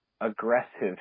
aggressive